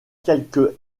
quelques